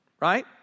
right